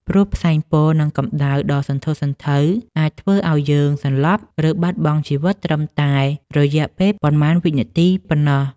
ព្រោះផ្សែងពុល និងកម្ដៅដ៏សន្ធោសន្ធៅអាចធ្វើឱ្យយើងសន្លប់ ឬបាត់បង់ជីវិតត្រឹមតែរយៈពេលប៉ុន្មានវិនាទីប៉ុណ្ណោះ។